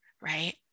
right